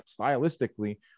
stylistically